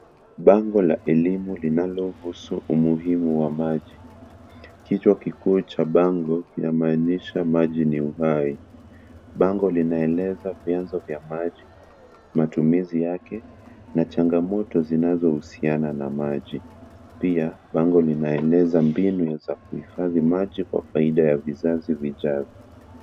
Bango la elimu linalohusu umuhimu wa maji. Kichwa kikuu cha bango kinamaanisha maji ni uhai. Bango linaeleza vienzo vya maji, matumizi yake na changamoto zinazohusiana na maji. Pia pango linaeleza mbinu za kuhifadhi maji kwa faida ya vizazi vijavyo.